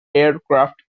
aircraft